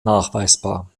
nachweisbar